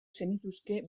zenituzke